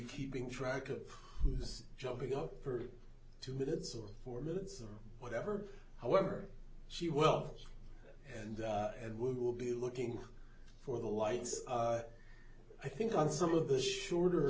keeping track of this jumping up for two minutes or four minutes or whatever however she well and and we will be looking for the lights i think on some of the shorter